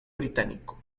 británico